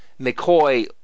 McCoy